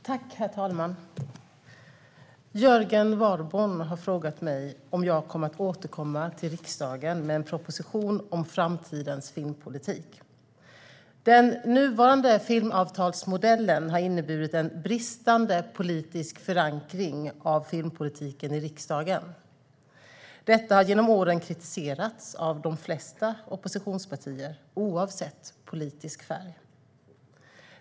Svar på interpellationer Herr talman! Jörgen Warborn har frågat mig om jag kommer att återkomma till riksdagen med en proposition om framtidens filmpolitik. Den nuvarande filmavtalsmodellen har inneburit en bristande politisk förankring av filmpolitiken i riksdagen. Detta har genom åren kritiserats av de flesta oppositionspartier oavsett politisk färg.